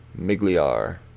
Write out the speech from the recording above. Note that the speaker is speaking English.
Migliar